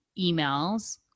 emails